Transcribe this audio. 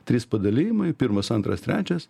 trys padalijimai pirmas antras trečias